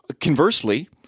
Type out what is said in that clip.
Conversely